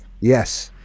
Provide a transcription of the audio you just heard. Yes